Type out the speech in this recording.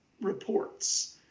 reports